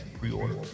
pre-order